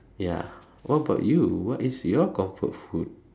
ya what about you what is your comfort food